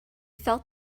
felt